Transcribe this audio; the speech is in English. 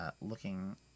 Looking